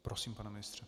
Prosím, pane ministře.